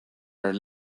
are